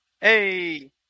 Hey